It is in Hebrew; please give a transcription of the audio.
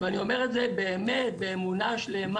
ואני אומר את זה באמונה שלמה